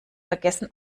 vergessen